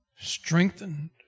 strengthened